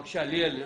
בבקשה, ליאל.